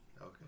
Okay